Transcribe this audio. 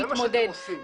זה מה שאתם עושים.